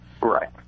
Right